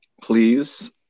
Please